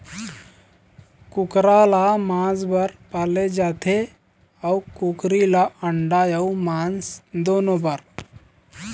कुकरा ल मांस बर पाले जाथे अउ कुकरी ल अंडा अउ मांस दुनो बर